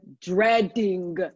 dreading